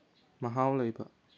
ꯃꯍꯥꯎ ꯂꯩꯕ